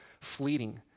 fleeting